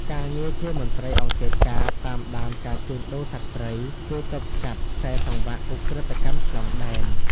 ការងារជាមន្ត្រីអង្កេតការណ៍តាមដានការជួញដូរសត្វព្រៃ ជួយទប់ស្កាត់ខ្សែសង្វាក់ឧក្រិដ្ឋកម្មឆ្លងដែន។